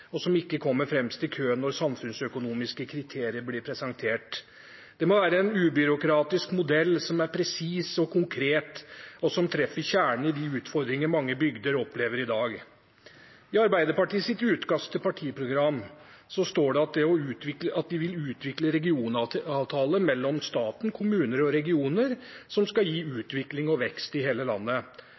og som ikke kommer fremst i køen når samfunnsøkonomiske kriterier blir presentert. Det må være en ubyråkratisk modell som er presis og konkret, og som treffer kjernen i de utfordringer mange bygder opplever i dag. I Arbeiderpartiets utkast til partiprogram står det at de vil utvikle regionavtaler mellom staten, kommuner og regioner som skal gi utvikling og vekst i hele landet,